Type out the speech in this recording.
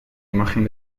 imagen